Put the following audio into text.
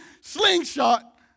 slingshot